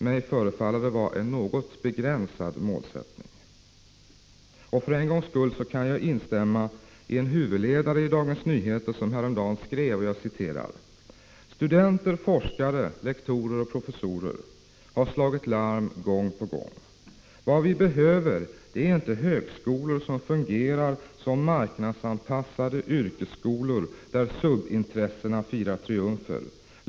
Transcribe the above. Mig förefaller det vara en något begränsad målsättning. För en gångs skull kan jag instämma i en huvudledare i Dagens Nyheter där man häromdagen skrev: Studenter, forskare, lektorer och professorer har slagit larm gång på gång. Vad vi behöver är inte högskolor som fungerar som marknadsanpassade yrkesskolor, där subintressena firar triumfer.